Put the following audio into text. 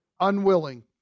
Unwilling